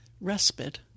respite